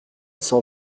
cent